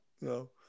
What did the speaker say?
No